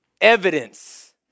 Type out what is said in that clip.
evidence